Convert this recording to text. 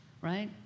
right